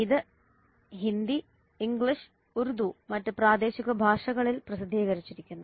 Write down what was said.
ഇത് ഹിന്ദി ഇംഗ്ലീഷ് ഉർദു മറ്റ് പ്രാദേശിക ഭാഷകളിൽ പ്രസിദ്ധീകരിച്ചിരിക്കുന്നു